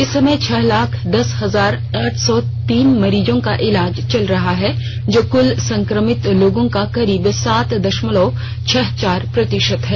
इस समय छह लाख दस हजार आठ सौ तीन मरीजों का इलाज चल रहा है जो कुल संक्रमित लोगों का करीब सात दशमलव छह चार प्रतिशत है